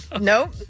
Nope